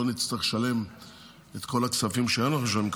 נצטרך לשלם את כל הכספים שהיום אנחנו משלמים,